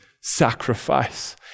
sacrifice